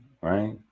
right